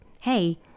hey